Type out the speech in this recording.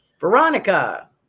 veronica